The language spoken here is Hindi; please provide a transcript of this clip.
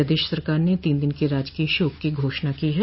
प्रदेश सरकार ने तीन दिन के राजकीय शोक की घोषणा की है